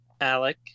Alec